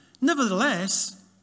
Nevertheless